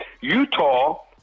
utah